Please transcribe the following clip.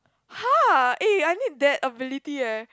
!huh! eh I need that ability leh